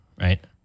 right